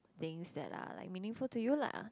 things that are like meaningful to you lah